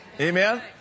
Amen